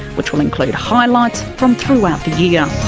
which will include highlights from throughout the yeah